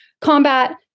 combat